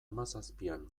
hamazazpian